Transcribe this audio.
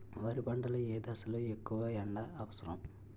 వరి పంట లో ఏ దశ లొ ఎక్కువ ఎండా అవసరం?